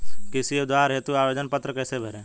कृषि उधार हेतु आवेदन पत्र कैसे भरें?